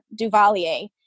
duvalier